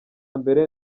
mbere